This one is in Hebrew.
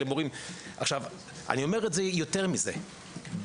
יותר מזה,